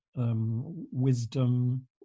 Wisdom